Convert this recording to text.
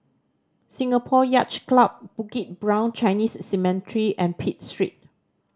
Singapore Yacht Club Bukit Brown Chinese Cemetery and Pitt Street